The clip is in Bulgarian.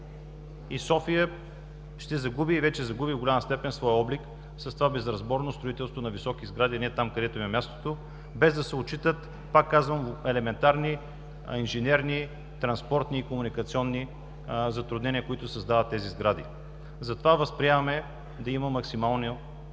София ще загуби и в голяма степен вече загуби своя облик с това безразборно строителство на високи сгради не там, където им е мястото, без да се отчитат, пак казвам, елементарни инженерни, транспортни и комуникационни затруднения, които създават тези сгради. Затова възприемаме да има максимални височини